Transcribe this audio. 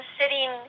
sitting